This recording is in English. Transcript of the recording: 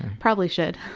probably should.